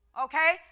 Okay